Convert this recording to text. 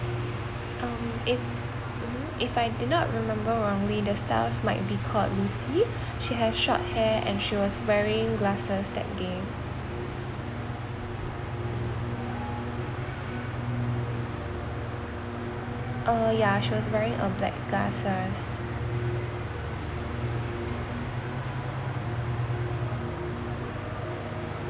um if if I did not remember wrongly the staff might be called lucy she have short hair and she was wearing glasses that day uh yeah she was wearing a black glasses